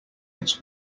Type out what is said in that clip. its